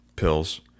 pills